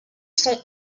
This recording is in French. sont